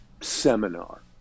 Seminar